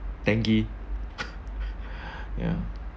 dengue ya